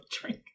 drink